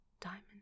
diamond